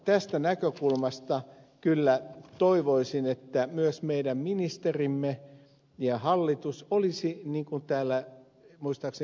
tästä näkökulmasta kyllä toivoisin että myös meidän ministerimme ja hallitus niin kuin täällä muistaakseni ed